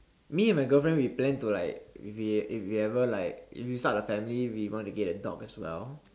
me and my girlfriend we plan to like if we if we ever like if we start a family we want to get a dog as well